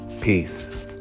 Peace